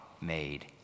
made